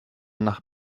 nach